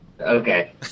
Okay